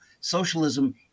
Socialism